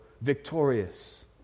victorious